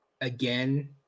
again